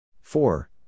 four